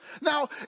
Now